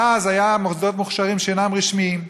ואז היו מוסדות מוכש"רים, שאינם רשמיים.